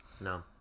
no